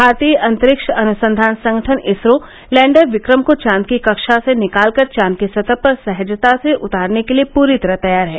भारतीय अंतरिक्ष अनुसंधान संगठन इसरो लैंडर विक्रम को चांद की कक्षा से निकालकर चांद की सतह पर सहजता से उतारने के लिए पूरी तरह तैयार है